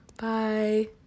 Bye